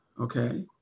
okay